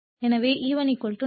எனவே E1 4